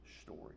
story